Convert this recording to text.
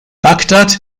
bagdad